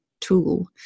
tool